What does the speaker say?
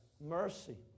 Mercy